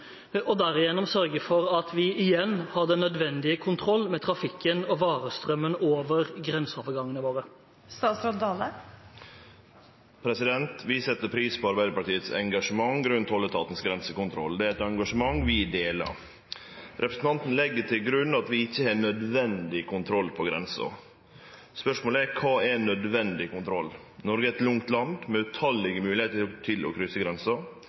og derigjennom sørge for at vi igjen har den nødvendige kontroll med trafikken og varestrømmen over grenseovergangene våre?» Vi set pris på Arbeidarpartiets engasjement rundt tolletaten sin grensekontroll. Det er eit engasjement vi deler. Representanten legg til grunn at vi ikkje har nødvendig kontroll på grensa. Spørsmålet er: Kva er nødvendig kontroll? Noreg er eit langt land, med tallause moglegheiter til å krysse grensa.